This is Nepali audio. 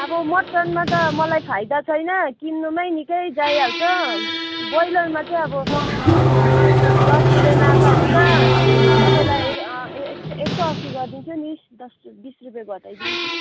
अब मटनमा त मलाई फाइदा छैन किन्नुमै निकै जाइहाल्छ ब्रोइलरमा चाहिँ अब दस रुपियाँ नाफा हुन्छ तपाईँलाई एक एक सौ अस्सी गरिदिन्छु नि दस रू बिस रुपियाँ घटाइदिन्छु